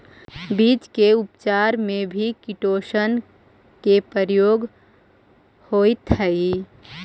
बीज के उपचार में भी किटोशन के प्रयोग होइत हई